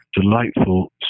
delightful